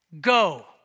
go